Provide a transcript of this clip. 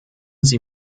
sie